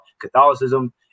Catholicism